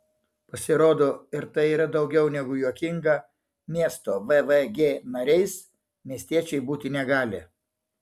pasirodo ir tai yra daugiau negu juokinga miesto vvg nariais miestiečiai būti negali